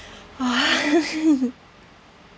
!wah!